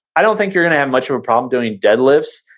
i don't think you're gonna have much of a problem doing deadlifts.